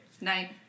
Night